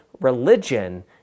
religion